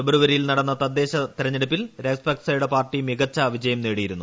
ഫെബ്രുവരിയിൽ നടന്ന തദ്ദേശ ഭരണ തെരഞ്ഞെടുപ്പിൽ രാജപാക്സെയുടെ പാർട്ടി മികച്ച വിജയം നേടിയിരുന്നു